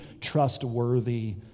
trustworthy